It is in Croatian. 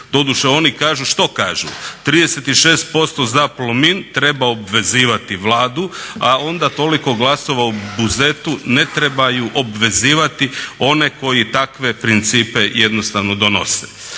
Doduše oni kažu, što kažu? 36% za Plomin treba obvezivati Vladu, a onda toliko glasova u Buzetu ne trebaju obvezivati one koji takve principe jednostavno donese.